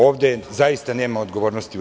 Ovde zaista nema odgovornosti u DS.